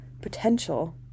potential